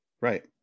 Right